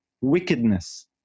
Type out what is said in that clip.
wickedness